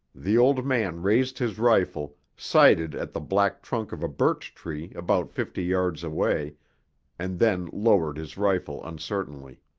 the old man raised his rifle, sighted at the black trunk of a birch tree about fifty yards away and then lowered his rifle uncertainly.